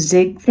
Zig